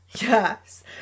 Yes